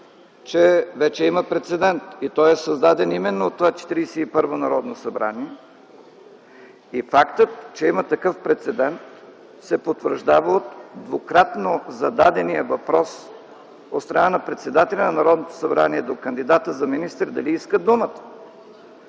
че вече има прецедент. И той е създаден именно от това Четиридесет и първо Народно събрание. Фактът, че има такъв прецедент, се потвърждава от двукратно зададения въпрос от страна на председателя на Народното събрание до кандидата за министър дали иска думата.